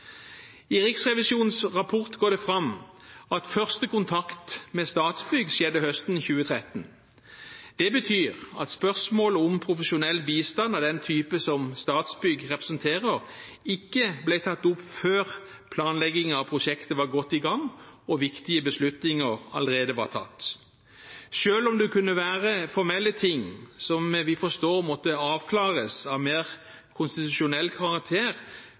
I Riksrevisjonens rapport går det fram at første kontakt med Statsbygg skjedde høsten 2013. Det betyr at spørsmålet om profesjonell bistand av den type som Statsbygg representerer, ikke ble tatt opp før planleggingen av prosjektet var godt i gang og viktige beslutninger allerede var tatt. Selv om det kunne være formelle ting, som vi forstår måtte avklares, av mer konstitusjonell karakter